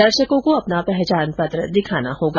दर्शकों को अपना पहचान पत्र दिखाना होगा